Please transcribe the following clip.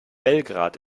belgrad